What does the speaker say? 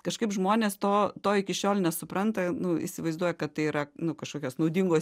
kažkaip žmonės to to iki šiol nesupranta nu įsivaizduoja kad tai yra nu kažkokios naudingos